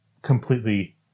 Completely